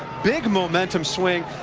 big momentum swing.